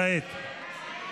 כעת.